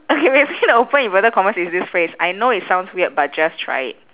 okay basically the open inverted commas is this phrase I know it sounds weird but just try it